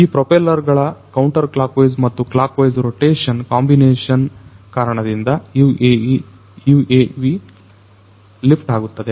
ಈ ಪ್ರೊಪೆಲ್ಲರ್ ಗಳ counterclockwise ಮತ್ತು ಕ್ಲಾಕ್ ವೈಸ್ ರೋಟೇಶನ್ ಕಾಂಬಿನೇಷನ್ ಕಾರಣದಿಂದ UAV ಲಿಫ್ಟ್ ಆಗುತ್ತದೆ